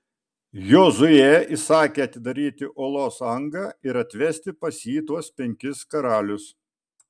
jozuė įsakė atidaryti olos angą ir atvesti pas jį tuos penkis karalius